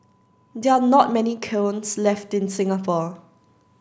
there are not many kilns left in Singapore